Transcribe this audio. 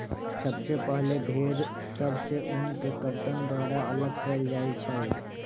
सबसे पहिले भेड़ सभ से ऊन के कर्तन द्वारा अल्लग कएल जाइ छइ